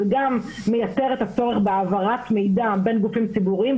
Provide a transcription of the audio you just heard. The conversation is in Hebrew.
וגם מייתר את הצורך בהעברת מידע בין גופים ציבוריים,